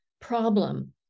problem